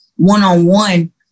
one-on-one